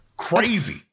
crazy